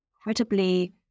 incredibly